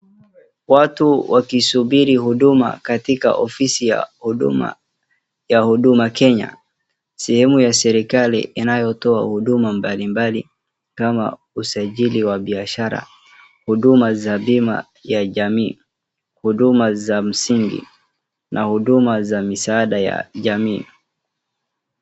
Watu wakisubiri huduma katika ofisi ya huduma ya Huduma Kenya. Sehemu ya serikali inayotoa huduma kama usaijili wa biashara, huduma za bima ya jamii, huduma za msingi na huduma za misaada ya jamii.